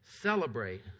Celebrate